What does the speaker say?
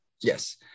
Yes